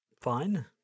fine